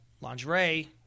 lingerie